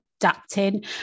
adapting